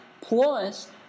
Plus